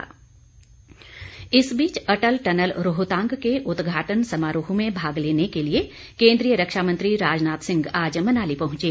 स्वागत इस बीच अटल टनल रोहतांग के उदघाटन समारोह में भाग लेने के लिए केन्द्रीय रक्षा मंत्री राजनाथ सिंह आज मनाली पहुंचे